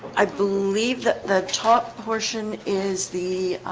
i believe that the top portion is the